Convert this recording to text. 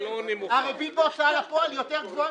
הריבית בהוצאה לפועל היא יותר גבוהה